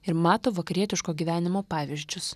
ir mato vakarietiško gyvenimo pavyzdžius